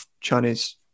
Chinese